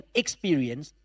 experience